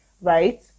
right